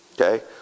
okay